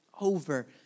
over